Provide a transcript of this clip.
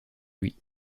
lui